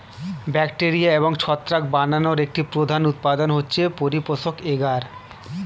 bacteria এবং ছত্রাক বানানোর একটি প্রধান উপাদান হচ্ছে পরিপোষক এগার